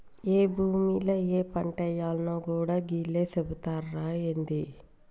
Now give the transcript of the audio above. ఏ భూమిల ఏ పంటేయాల్నో గూడా గీళ్లే సెబుతరా ఏంది?